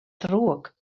ddrwg